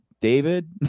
David